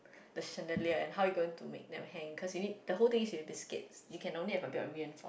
the Chandelier and how you gonna make them hang cause you need the whole thing is with biscuits you can only have a bid of reinforcements